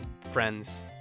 friends